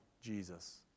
Jesus